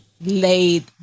laid